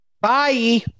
Bye